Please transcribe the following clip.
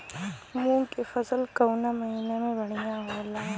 मुँग के फसल कउना महिना में बढ़ियां होला?